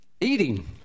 eating